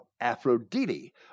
Aphrodite